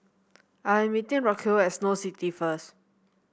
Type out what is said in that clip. I am meeting Racquel at Snow City first